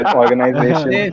organization